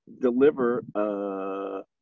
deliver